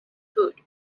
hood